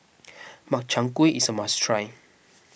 Makchang Gui is a must try